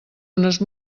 unes